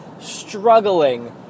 struggling